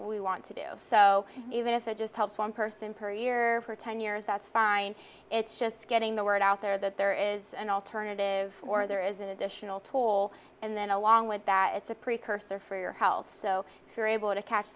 we want to do so even if it just helps one person per year for ten years that's fine it's just getting the word out there that there is an alternative or there is an additional toll and then along with that it's a precursor for your health so you're able to catch